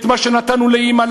את מה שנתנו לאימא,